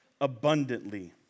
abundantly